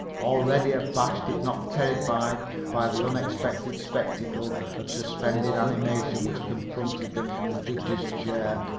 already abashed if not terrified by the unexpected spectacle of suspended animation which confronted them from the judge's chair,